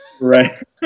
Right